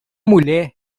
mulher